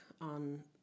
on